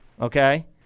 okay